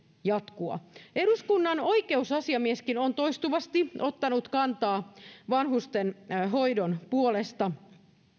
jatkua eduskunnan oikeusasiamieskin on toistuvasti ottanut kantaa vanhusten hoidon puolesta